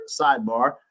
sidebar